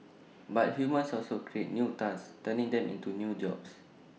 but humans also create new tasks turning them into new jobs